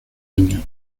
año